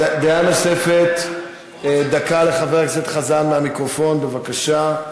דעה נוספת, דקה לחבר הכנסת חזן מהמיקרופון, בבקשה.